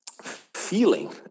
feeling